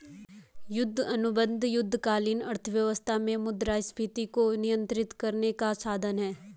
युद्ध अनुबंध युद्धकालीन अर्थव्यवस्था में मुद्रास्फीति को नियंत्रित करने का साधन हैं